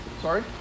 sorry